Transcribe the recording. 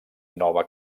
nova